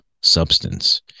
substance